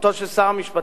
לזכותו של שר המשפטים,